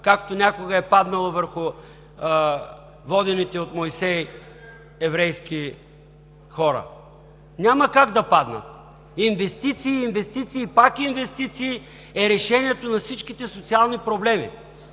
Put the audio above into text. както някога е паднала върху водените от Мойсей еврейски хора. Няма как да паднат! Инвестиции, инвестиции и пак инвестиции е решението на всички социални проблеми